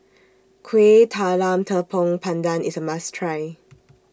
Kuih Talam Tepong Pandan IS A must Try